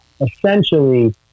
Essentially